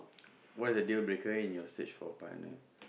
what is the dealbreaker in your search for a partner